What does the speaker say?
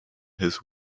his